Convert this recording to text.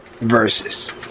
versus